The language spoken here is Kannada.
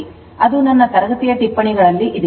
ಅದು ನನ್ನ ತರಗತಿಯ ಟಿಪ್ಪಣಿಗಳಲ್ಲಿ ಇದೆ